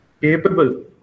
capable